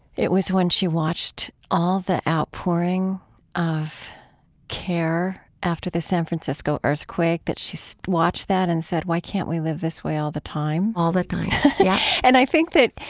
it was when she watched all the outpouring of care after the san francisco earthquake, that she so watched that and said, why can't we live this way all the time? all the time. yeah and i think that,